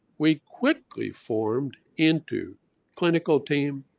we quickly formed into clinical team,